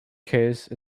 case